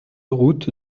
route